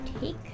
take